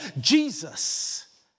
Jesus